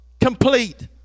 complete